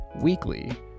weekly